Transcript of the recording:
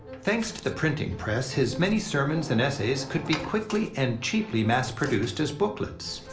thanks to the printing press, his many sermons and essays could be quickly and cheaply mass-produced as booklets.